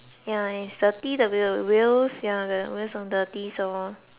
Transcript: ya it's dirty the wheel the wheels are dirty so